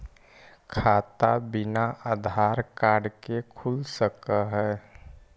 खाता बिना आधार कार्ड के खुल सक है?